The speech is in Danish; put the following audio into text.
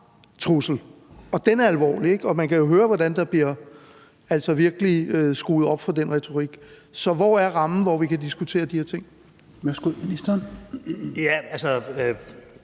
trussel, og den er alvorlig, ikke? Og man kan jo høre, hvordan der virkelig bliver skruet op for den retorik. Så hvor er rammen, hvor vi kan diskutere de her ting? Kl. 20:44 Fjerde næstformand